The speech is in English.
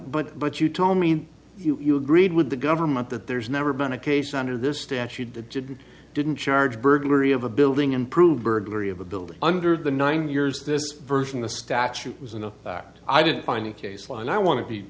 but but you told me you agreed with the government that there's never been a case under this statute that didn't didn't charge burglary of a building improved burglary of a building under the nine years this version the statute was enough that i didn't find the case law and i want to be